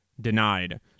denied